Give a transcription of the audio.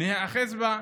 שניאחז בה,